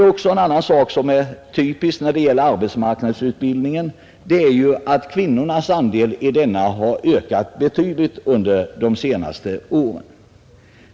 En annan sak som är typisk när det gäller arbetsmarknadsutbildningen är att kvinnornas andel har ökat betydligt under de senaste åren.